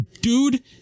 Dude